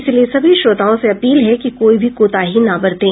इसलिए सभी श्रोताओं से अपील है कि कोई भी कोताही न बरतें